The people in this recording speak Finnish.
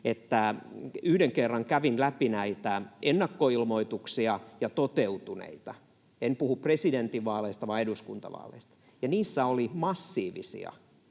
että yhden kerran kävin läpi näitä ennakkoilmoituksia ja toteutuneita — en puhu presidentinvaaleista vaan eduskuntavaaleista — ja niissä oli massiivisia